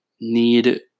need